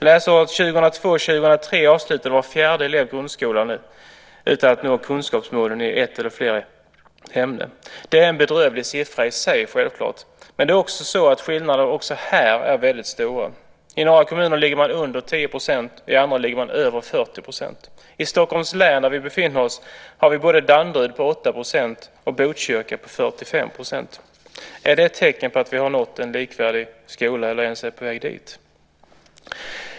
Läsåret 2002/03 avslutade var fjärde elev grundskolan utan att nå kunskapsmålen i ett eller flera ämnen. Det är självklart i sig en bedrövlig andel, men också här är skillnaderna väldigt stora. I en rad kommuner ligger man under 10 %, och i andra ligger man över 40 %. I Stockholms län, där vi nu befinner oss, har vi både Danderyd med 8 % och Botkyrka med 45 %. Är det ett tecken på att vi har nått en likvärdig skola eller ens är på väg dit?